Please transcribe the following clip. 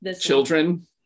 children